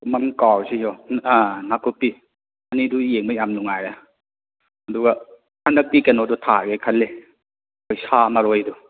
ꯃꯃꯤꯡ ꯀꯥꯎꯔꯤꯁꯤ ꯌꯦꯡꯉꯣ ꯅꯥꯛꯀꯨꯞꯄꯤ ꯑꯅꯤꯗꯨ ꯌꯦꯡꯕ ꯌꯥꯝ ꯅꯨꯡꯉꯥꯏꯔꯦ ꯑꯗꯨꯒ ꯍꯟꯗꯛꯇꯤ ꯀꯩꯅꯣꯗꯣ ꯊꯥꯒꯦ ꯈꯜꯂꯦ ꯑꯩꯈꯣꯏ ꯁꯥ ꯃꯔꯣꯏꯗꯣ